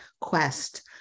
quest